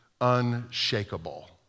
unshakable